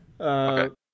Okay